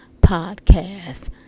Podcast